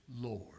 Lord